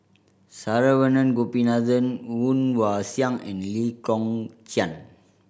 Saravanan Gopinathan Woon Wah Siang and Lee Kong Chian